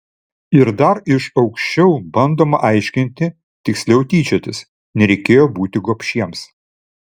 ir dar iš aukščiau bandoma aiškinti tiksliau tyčiotis nereikėjo būti gobšiems